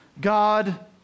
God